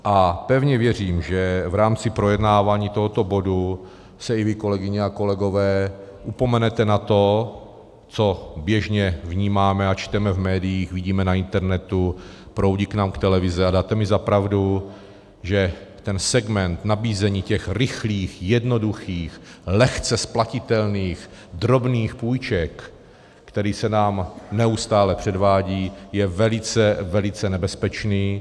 A pevně věřím, že v rámci projednávání tohoto bodu se i vy, kolegyně a kolegové, upomenete na to, co běžně vnímáme a čteme v médiích, vidíme na internetu, proudí k nám televize, a dáte mi za pravdu, že ten segment nabízení těch rychlých, jednoduchých, lehce splatitelných drobných půjček, který se nám neustále předvádí, je velice, velice nebezpečný.